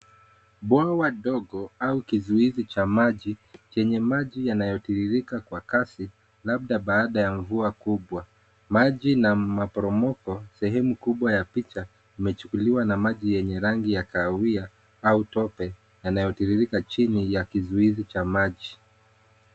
Bwawa dogo au kizuizi cha maji chenye maji yanayotiririka kwa kasi labda baada ya mvuwa kubwa. Maji na mapromoko sehemu kubwa ya picha imechukuliwa na maji yenye rangi ya kahawia au tope yanayotiririka chini ya kizuizi cha maji.